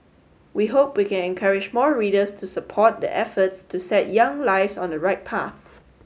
we hope we can encourage more readers to support the efforts to set young lives on the right path